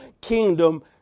kingdom